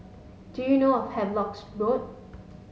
do you know a Havelock's Road